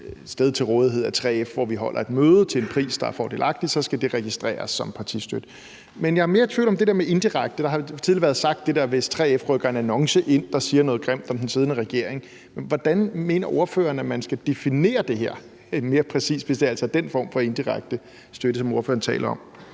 sted til rådighed af 3F, hvor vi holder et møde til en pris, der er fordelagtig, så skal det registreres som partistøtte. Men jeg er mere i tvivl om det der med indirekte partistøtte. Der har tidligere været sagt det om, at 3F f.eks. rykker en annonce ind, der siger noget grimt om den siddende regering. Hvordan mener ordføreren at man skal definere det her mere præcist, altså hvis det er den form for indirekte støtte, som ordføreren taler om?